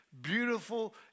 beautiful